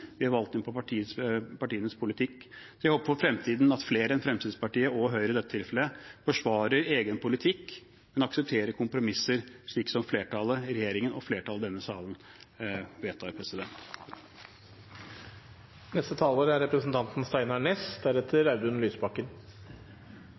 vi er valgt inn på partienes politikk. Jeg håper at flere enn Fremskrittspartiet og Høyre i dette tilfellet i fremtiden forsvarer egen politikk, men aksepterer kompromisser, som flertallet i regjeringen og flertallet i denne salen vedtar.